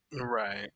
right